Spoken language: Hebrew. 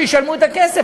שישלמו את הכסף,